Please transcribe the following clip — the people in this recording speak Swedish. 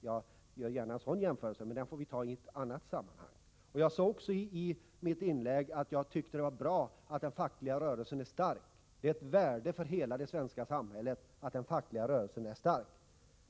Jag gör gärna en jämförelse mellan våra resp. insatser, men den får vi ta upp i ett annat sammanhang. I mitt tidigare inlägg sade jag att jag tyckte det var bra att den fackliga rörelsen var stark. Det är av värde för hela det svenska samhället att vi har aktiva fackliga organisationer.